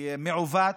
מעוות,